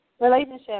Relationship